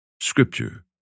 Scripture